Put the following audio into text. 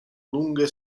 lunghe